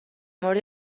مورد